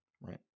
right